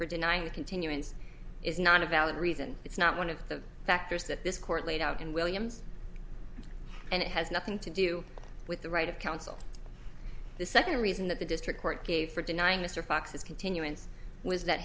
for denying the continuance is not a valid reason it's not one of the factors that this court laid out in williams and it has nothing to do with the right of counsel the second reason that the district court gave for denying mr fox's continuance was that